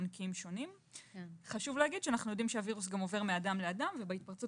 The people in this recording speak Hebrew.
אנחנו גם יודעים שהווירוס עובר גם מאדם לאדם ובהתפרצות